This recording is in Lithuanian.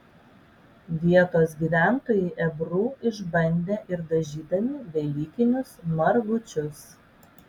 vietos gyventojai ebru išbandė ir dažydami velykinius margučius